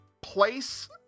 place